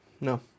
No